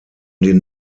den